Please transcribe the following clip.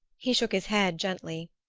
he shook his head gently.